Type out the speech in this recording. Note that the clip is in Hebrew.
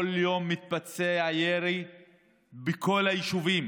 כל יום מתבצע ירי בכל היישובים.